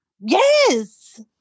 Yes